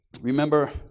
Remember